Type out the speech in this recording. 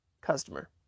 customer